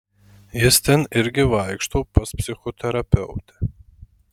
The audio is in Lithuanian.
jis ten irgi vaikšto pas psichoterapeutę